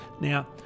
Now